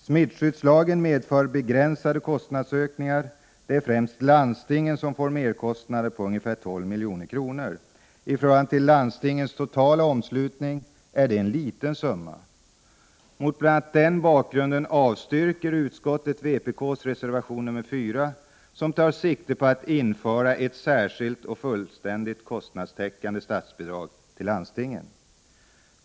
Smittskyddslagen medför begränsade kostnadsökningar. Det är främst landstingen som får merkostnader på ungefär 12 milj.kr. I förhållande till landstingens totala omslutning är det en liten summa. Mot bl.a. den bakgrunden avstyrker utskottet vpk:s reservation nr 4, som tar sikte på att införa ett särskilt och fullständigt kostnadstäckande statsbidrag till landstingen.